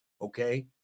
okay